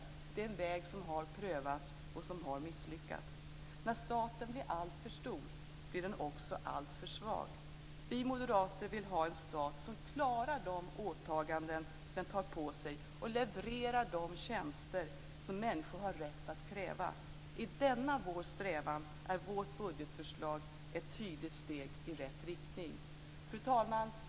Det är en väg som har prövats och som har misslyckats. När staten blir alltför stor, blir den också alltför svag. Vi moderater vill ha en stat som klarar de åtaganden den tar på sig och levererar de tjänster som människor har rätt att kräva. I denna vår strävan är vårt budgetförslag ett tydligt steg i rätt riktning. Fru talman!